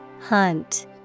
Hunt